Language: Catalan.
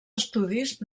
estudis